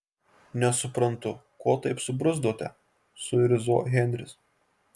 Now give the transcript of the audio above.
nesuprantu ko taip subruzdote suirzo henris